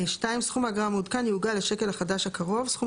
(2) סכום האגרה המעודכן יעוגל לשקל החדש הקרוב; סכום